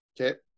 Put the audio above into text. Okay